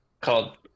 called